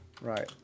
Right